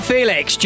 Felix